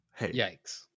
Yikes